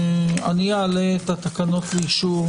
אעלה את התקנות לאישור